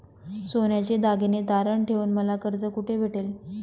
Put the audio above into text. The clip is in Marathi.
सोन्याचे दागिने तारण ठेवून मला कर्ज कुठे भेटेल?